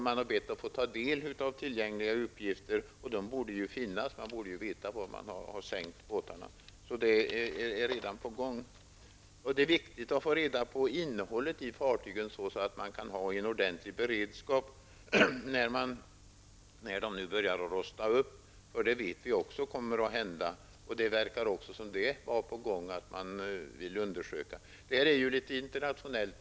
Man har bett att få ta del av tillgängliga uppgifter. Dessa borde ju finnas. Man borde veta var man har sänkt båtarna. Det är viktigt att få reda på vad fartygen innehåller så att man kan ha en ordentlig beredskap nu när de börjar att rosta sönder. Vi vet att detta kommer att hända, men även detta verkar vara på gång. Detta är en internationell fråga.